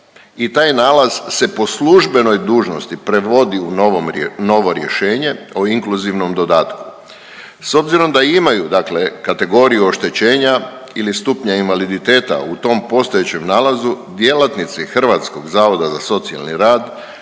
i taj nalaz se po službenoj dužnosti prevodi u novo rješenje o inkluzivnom dodatku. S obzirom da imaju dakle kategoriju oštećenja ili stupnja invaliditeta u tom postojećem nalazu djelatnici Hrvatskog zavoda za socijalni rad